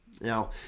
Now